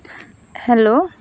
hello